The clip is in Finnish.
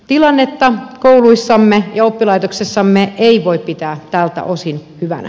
tilannetta kouluissamme ja oppilaitoksissamme ei voi pitää tältä osin hyvänä